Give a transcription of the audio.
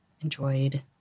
enjoyed